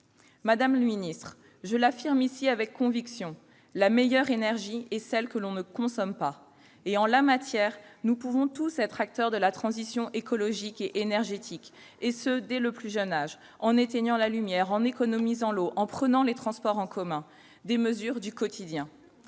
Madame le ministre, je l'affirme ici avec conviction : la meilleure énergie est celle que l'on ne consomme pas. Et, en la matière, nous pouvons tous être acteurs de la transition écologique et énergétique, et ce dès le plus jeune âge, en éteignant la lumière, en économisant l'eau, en prenant les transports en commun, toutes mesures du quotidien.